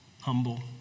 humble